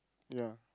ya